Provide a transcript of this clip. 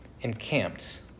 encamped